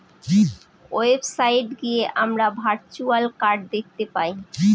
website গিয়ে আমরা virtual card দেখতে পাই